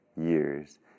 years